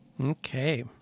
Okay